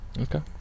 Okay